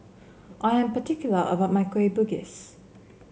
I am particular about my Kueh Bugis